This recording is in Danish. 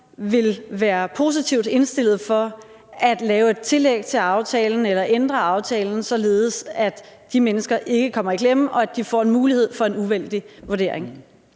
være positivt indstillet over for at lave et tillæg til aftalen eller ændre på aftalen, således at de mennesker ikke kommer i klemme, og at de får mulighed for en uvildig vurdering?